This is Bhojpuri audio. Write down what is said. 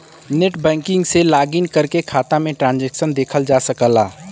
नेटबैंकिंग से लॉगिन करके खाता में ट्रांसैक्शन देखल जा सकला